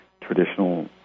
traditional